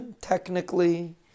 technically